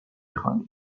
خوانید